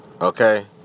Okay